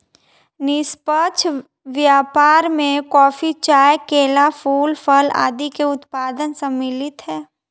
निष्पक्ष व्यापार में कॉफी, चाय, केला, फूल, फल आदि के उत्पाद सम्मिलित हैं